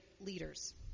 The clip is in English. leaders